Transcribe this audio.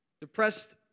depressed